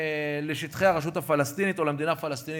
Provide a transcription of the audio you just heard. לשטחי הרשות הפלסטינית או למדינה פלסטינית,